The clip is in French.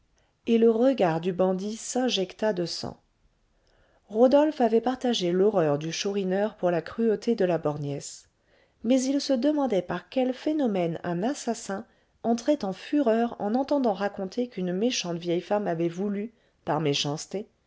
et le regard du bandit s'injecta de sang rodolphe avait partagé l'horreur du chourineur pour la cruauté de la borgnesse mais il se demandait par quel phénomène un assassin entrait en fureur en entendant raconter qu'une méchante vieille femme avait voulu par méchanceté